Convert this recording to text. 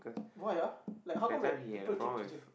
why ah like how how come like people keep changing